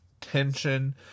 tension